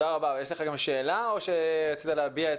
האם יש לך גם שאלה או שרצית להביע את